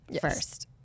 first